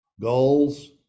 goals